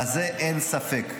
בזה אין ספק.